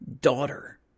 Daughter